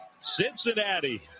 Cincinnati